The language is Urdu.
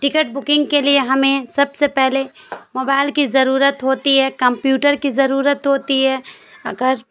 ٹکٹ بکنگ کے لیے ہمیں سب سے پہلے موبائل کی ضرورت ہوتی ہے کمپیوٹر کی ضرورت ہوتی ہے اگر